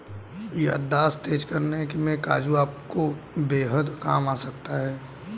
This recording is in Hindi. याददाश्त तेज करने में काजू आपके बेहद काम आ सकता है